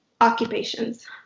occupations